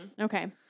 okay